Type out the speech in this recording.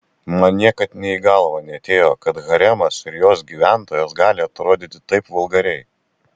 man niekad nė į galvą neatėjo kad haremas ir jos gyventojos gali atrodyti taip vulgariai